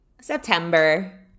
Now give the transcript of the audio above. September